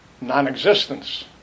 non-existence